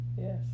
Yes